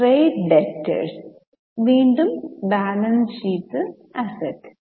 trade debtors വീണ്ടും balance ഷീറ്റിൽ asset